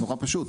נורא פשוט.